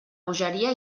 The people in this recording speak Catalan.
bogeria